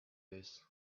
this